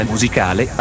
musicale